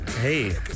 Hey